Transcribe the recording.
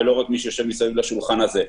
ולא רק של מי שיושב מסביב לשולחן הזה.